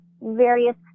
various